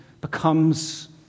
becomes